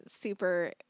super